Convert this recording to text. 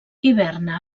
hiverna